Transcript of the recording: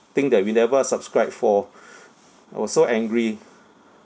thing that we never subscribe for I was so angry